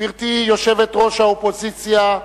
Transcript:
גברתי יושבת-ראש האופוזיציה,